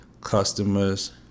customers